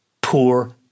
poor